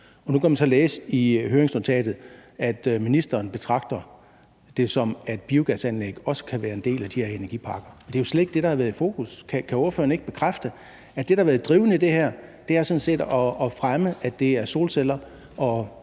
Nu kan man så læse i høringsnotatet, at ministeren betragter det sådan, at biogasanlæg også kan være en del af de her energiparker. Det er jo slet ikke det, der har været i fokus. Kan ordføreren ikke bekræfte, at det, der har været drivende i det her, sådan set er at fremme, at det er solceller og